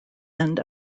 end